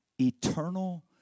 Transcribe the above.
eternal